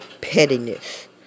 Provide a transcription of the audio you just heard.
pettiness